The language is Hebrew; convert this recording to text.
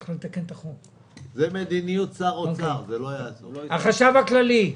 גם עכשיו אנחנו צפויים,